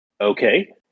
Okay